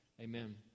Amen